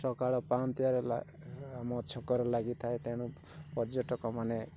ସକାଳ ପାହାନ୍ତିଆରେ ହେଲା ଆମ ଛକରେ ଲାଗିଥାଏ ତେଣୁ ପର୍ଯ୍ୟଟକମାନେ